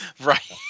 Right